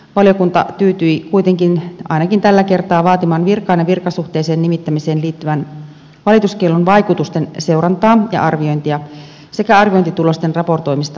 valiokunta tyytyi kuitenkin ainakin tällä kertaa vaatimaan virkaan ja virkasuhteeseen nimittämiseen liittyvän valituskiellon vaikutusten seurantaa ja arviointia sekä arviointitulosten raportoimista hallintovaliokunnalle